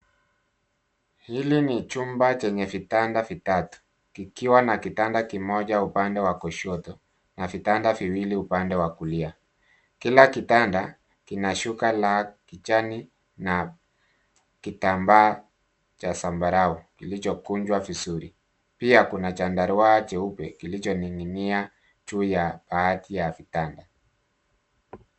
Hili ni chumba chenye vitanda vitatu kikiwa na kitanda kimoja upande wa kushoto na vitanda viwili upande wa kulia. Kila kitanda kina shuka la kijani na kitambaa cha zambarau kilichokunjwa vizuri. Pia kuna chandarua cheupe kilichoning'inia juu ya baadhi ya vitanda.